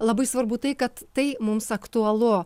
labai svarbu tai kad tai mums aktualu